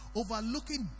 overlooking